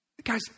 Guys